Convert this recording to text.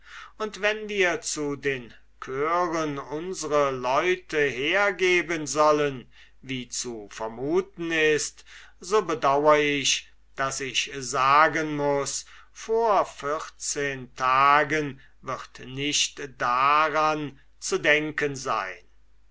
und wenn wir zu den chören unsre leute hergeben sollen wie zu vermuten ist so bedaur ich daß ich sagen muß vor vierzehn tagen wird nicht daran zu denken sein